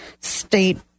state